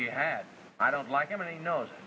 you had i don't like him and he knows